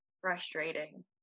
frustrating